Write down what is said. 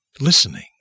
Listening